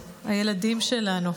לנו, הילדים שלנו.